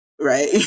right